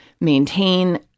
maintain